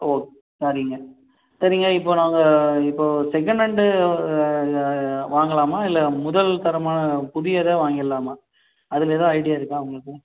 okay சரிங்க சரிங்க இப்போ நாங்கள் இப்போ செகனென்ட்டு வாங்கலாமா இல்லை முதல் தரமாக புதியதாக வாங்கிடலாமா அதில் ஏதாவது ஐடியா இருக்கா உங்களுக்கு